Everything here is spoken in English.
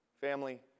Family